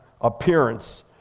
appearance